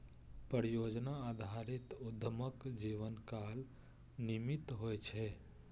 परियोजना आधारित उद्यमक जीवनकाल सीमित होइ छै